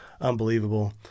unbelievable